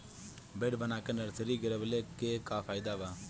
Bed बना के nursery गिरवले के का फायदा बा?